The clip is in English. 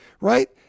Right